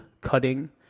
cutting